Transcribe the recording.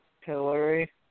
Hillary